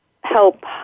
help